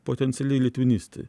potencialiai litvinistai